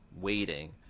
waiting